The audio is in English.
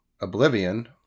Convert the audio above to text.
oblivion